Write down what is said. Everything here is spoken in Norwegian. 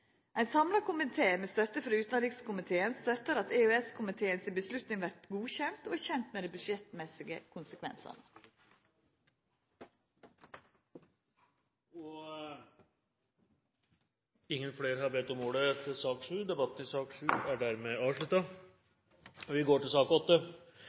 Ein samla komité, med støtte frå utanrikskomiteen, støttar at EØS-komiteen si avgjerd vert godkjend, og er kjente med dei budsjettmessige konsekvensane. Flere har ikke best om ordet til sak